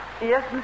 Yes